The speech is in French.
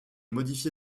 modifié